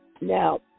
Now